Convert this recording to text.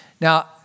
Now